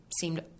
seemed